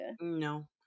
no